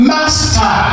Master